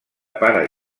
pare